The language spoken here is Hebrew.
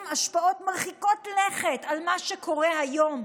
השפעות מרחיקות לכת על מה שקורה היום.